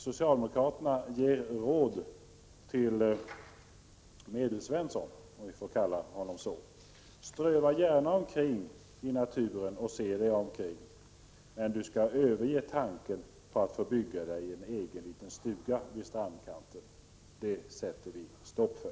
Socialdemokraterna ger råd till Medelsvensson, om vi får kalla honom så: Ströva gärna i naturen och se dig omkring, men du skall överge tanken på att få bygga dig en egen liten stuga vid strandkanten — det sätter vi stopp för.